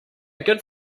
good